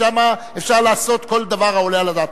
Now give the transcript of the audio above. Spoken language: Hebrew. שם אפשר לעשות כל דבר העולה על הדעת.